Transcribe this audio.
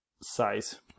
size